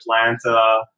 Atlanta